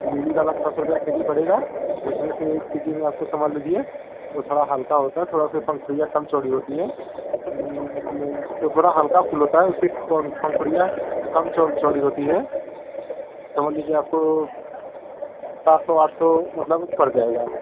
lily वाला छः सौ रुपये के जी पड़ेगा जिसमें से एक के जी में आपको समझ लीजिए वो थोड़ा हल्का होता है थोड़ा सा पंखुड़ियाँ कम चौड़ी होती हैं वह थोड़ा हल्का फूल होता है उसकी पंख पंखुड़ियाँ कम चौ चौड़ी होती है समझ लीजिए आपको सात सौ आठ सौ मतलब पड़ जाएगा